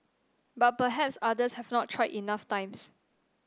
but perhaps others have not tried enough times